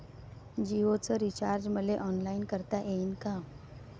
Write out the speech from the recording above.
जीओच रिचार्ज मले ऑनलाईन करता येईन का?